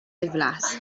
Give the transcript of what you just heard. ddiflas